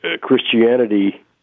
Christianity